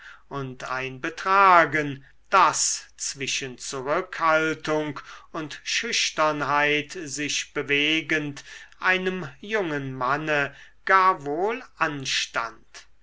und ein betragen das zwischen zurückhaltung und schüchternheit sich bewegend einem jungen manne gar wohl anstand